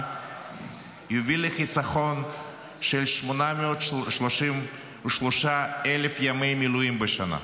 יביא לחיסכון של 833,000 ימי מילואים בשנה,